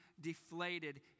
deflated